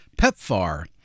PEPFAR